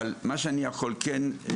אבל מה שאני כן יכול להבטיח,